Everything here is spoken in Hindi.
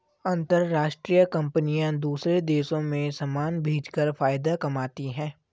अंतरराष्ट्रीय कंपनियां दूसरे देशों में समान भेजकर फायदा कमाती हैं